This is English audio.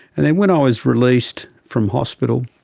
and then when i was released from hospital